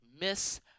Miss